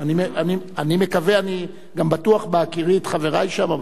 אני מקווה, אני גם בטוח בהכירי את חברי שם.